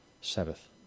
Sabbath